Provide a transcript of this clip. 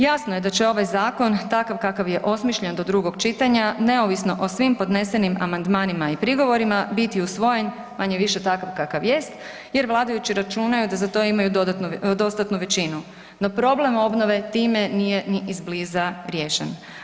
Jasno je da će ovaj zakon takav kakav je osmišljen do drugog čitanja, ne ovisno o svim podnesenim amandmanima i prigovorima biti usvojen manje-više takav kakav jest jer vladajući računaju da za to imaju dostatnu većinu no problem obnove time nije ni izbliza riješen.